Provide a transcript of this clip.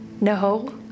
no